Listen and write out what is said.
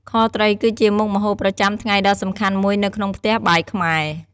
ខត្រីគឺជាមុខម្ហូបប្រចាំថ្ងៃដ៏សំខាន់មួយនៅក្នុងផ្ទះបាយខ្មែរ។